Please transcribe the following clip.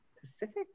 Pacific